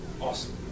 Awesome